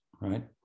right